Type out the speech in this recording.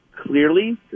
clearly